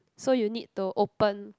so you need to open